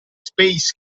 space